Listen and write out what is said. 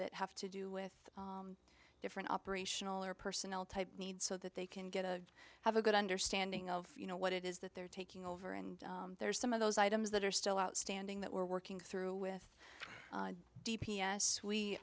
that have to do with different operational or personnel type needs so that they can get a have a good understanding of you know what it is that they're taking over and there's some of those items that are still outstanding that we're working through with d p s we